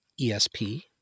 ESP